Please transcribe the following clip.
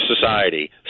society